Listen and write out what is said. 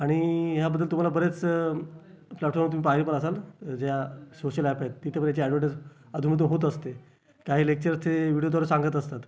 आणि ह्याबद्दल तुम्हाला बरेच प्लॅटफॉर्म तुम्ही पाहिले पण असाल ज्या सोशल ॲप आहेत तिथे पण याची ॲडव्हर्टाइज अधूनमधून होत असते काही लेक्चरर्स हे व्हिडिओद्वारे सांगत असतात